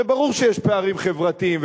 וברור שיש פערים חברתיים,